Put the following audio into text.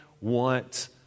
want